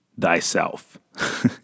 thyself